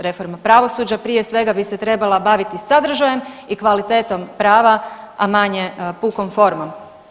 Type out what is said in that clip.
Reforma pravosuđa prije svega bi se trebala baviti sadržajem i kvalitetom prava, a manje pukom formom.